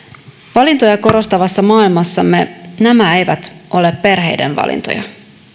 valintoja korostavassa maailmassamme nämä eivät ole perheiden valintoja